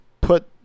put